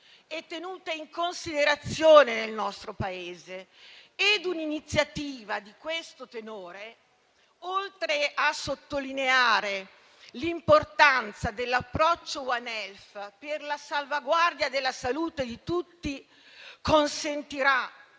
e tenute in considerazione nel nostro Paese. Un'iniziativa di questo tenore, oltre a sottolineare l'importanza dell'approccio *One Health* per la salvaguardia della salute di tutti, consentirà